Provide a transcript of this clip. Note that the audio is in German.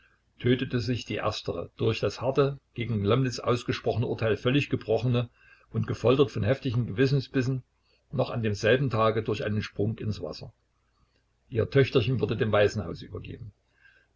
tötete sich die erster durch das harte gegen lomnitz ausgesprochene urteil völlig gebrochen und gefoltert von heftigen gewissensbissen noch an demselben tage durch einen sprung ins wasser ihr töchterchen wurde dem waisenhaus übergeben